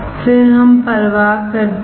फिर हम परवाह करते हैं